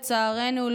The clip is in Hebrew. לצערנו,